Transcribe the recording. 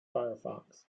firefox